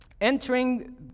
entering